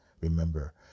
remember